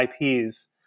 IPs